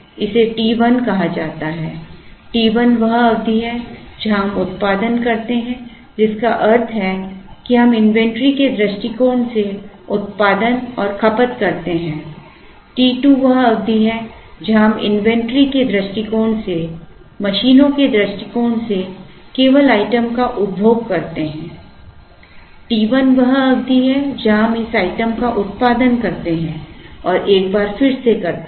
इसे t 1 कहा जाता है t 1 वह अवधि है जहां हम उत्पादन करते हैं जिसका अर्थ है कि हम इन्वेंटरी के दृष्टिकोण से उत्पादन और खपत करते हैं t 2 वह अवधि है जहां हम इन्वेंटरी के दृष्टिकोण से मशीनों के दृष्टिकोण से केवल आइटम का उपभोग करते हैं t 1 वह अवधि है जहां हम इस आइटम का उत्पादन करते हैं और एक बार फिर से करते हैं